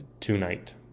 tonight